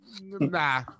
Nah